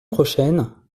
prochaine